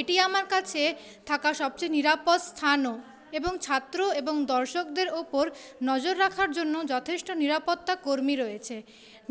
এটি আমার কাছে থাকা সবচেয়ে নিরাপদ স্থানও এবং ছাত্র এবং দর্শকদের ওপর নজর রাখার জন্য যথেষ্ট নিরাপত্তা কর্মী রয়েছে